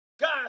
Guys